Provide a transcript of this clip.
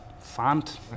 font